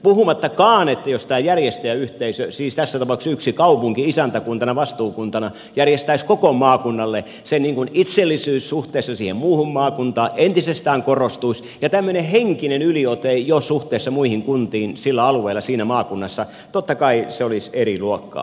puhumattakaan että jos tämä järjestäjäyhteisö siis tässä tapauksessa yksi kaupunki isäntäkuntana vastuukuntana järjestäisi koko maakunnalle sen itsellisyys suhteessa muuhun maakuntaan entisestään korostuisi ja tämmöinen henkinen yliote jo suhteessa muihin kuntiin sillä alueella siinä maakunnassa olisi totta kai eri luokkaa